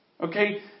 Okay